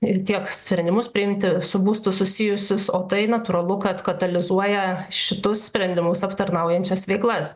ir tiek sprendimus priimti su būstu susijusius o tai natūralu kad katalizuoja šitus sprendimus aptarnaujančias veiklas